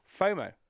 FOMO